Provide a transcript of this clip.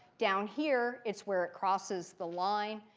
down here, it's where it crosses the line.